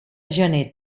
gener